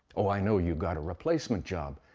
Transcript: oh, i know you got a replacement job,